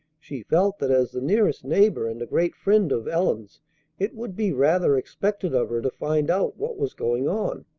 she felt that as the nearest neighbor and a great friend, of ellen's it would be rather expected of her to find out what was going on.